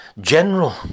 general